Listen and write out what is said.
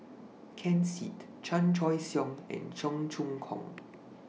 Ken Seet Chan Choy Siong and Cheong Choong Kong